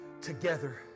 together